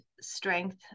strength